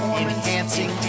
enhancing